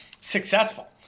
successful